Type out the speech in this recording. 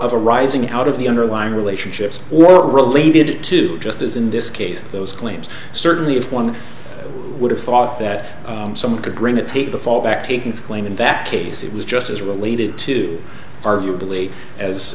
of a rising out of the underlying relationships or related to justice in this case those claims certainly if one would have thought that some of the grain it takes to fall back takings claim in that case it was just as related to arguably as